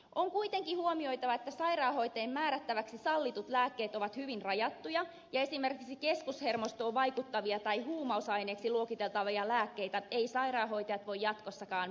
on kuitenkin huomioitava että sairaanhoitajien määrättäviksi sallitut lääkkeet ovat hyvin rajattuja ja esimerkiksi keskushermostoon vaikuttavia tai huumausaineeksi luokiteltavia lääkkeitä eivät sairaanhoitajat voi jatkossakaan määrätä